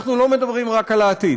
אנחנו לא מדברים רק על העתיד,